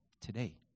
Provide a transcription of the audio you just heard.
today